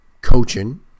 coaching